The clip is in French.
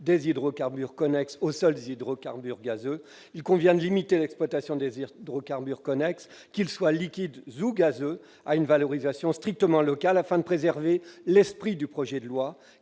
des hydrocarbures connexes aux seuls hydrocarbures gazeux. Il convient de limiter l'exploitation des hydrocarbures connexes, qu'ils soient liquides ou gazeux, à une valorisation strictement locale, afin de préserver l'esprit du projet de loi,